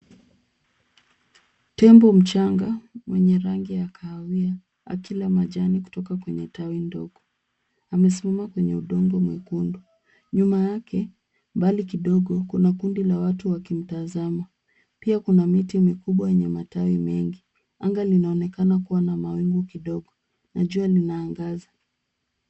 Tembo mchanga mwenye rangi ya kaawia akila majani kutoka kwenye tawi ndogo amesimama kwenye udongo mwekundu nyuma yake mbali kidogo kuna kundi la watu wakimtazama pia kuna miti mikubwa yenye matawi mengi anga linaonekana kuwa na mawingu kidogo na jua linaangaza